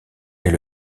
est